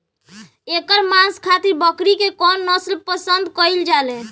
एकर मांस खातिर बकरी के कौन नस्ल पसंद कईल जाले?